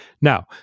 Now